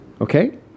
Okay